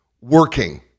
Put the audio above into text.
working